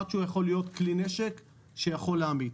עד שהוא יכול להיות כלי נשק שיכול להמית.